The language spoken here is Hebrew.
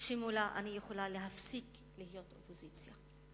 שמולה אני יכולה להפסיק להיות אופוזיציה.